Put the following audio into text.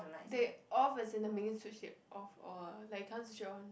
they off as in the main switch they off or like can't switch it on